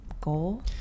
goal